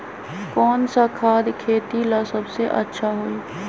कौन सा खाद खेती ला सबसे अच्छा होई?